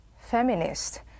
feminist